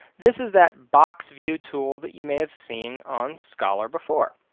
this is that box view tool that you may have seen on scholar before.